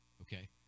okay